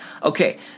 Okay